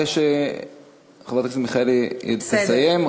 אחרי שחברת הכנסת מיכאלי תסיים,